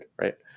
right